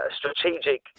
strategic